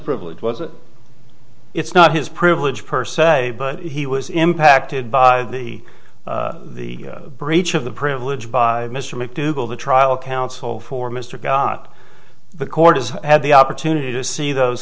privilege was it it's not his privilege per se but he was impacted by the the breach of the privilege by mr mcdougal the trial counsel for mr got the court has had the opportunity to see those